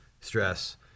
stress